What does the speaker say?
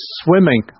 swimming